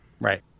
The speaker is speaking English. Right